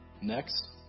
Next